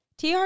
TR